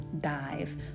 dive